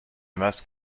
must